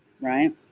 right